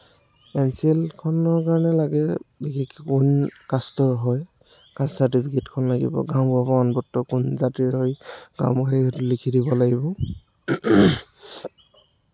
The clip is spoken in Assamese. এন চি এলখনৰ কাৰণে লাগে কাষ্টৰ হয় কাষ্ট চাৰ্টিফিকেটখন লাগিব গাওঁবুঢ়া প্ৰমাণপত্ৰ কোন জাতিৰ হয় গাওঁ বুঢ়াই সেইটো লিখি দিব লাগিব